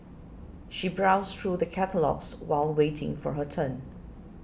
she browsed through the catalogues while waiting for her turn